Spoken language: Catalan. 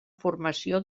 formació